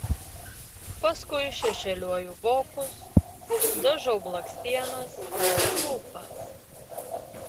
paskui šešėliuoju vokus dažau blakstienas ir lūpas